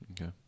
Okay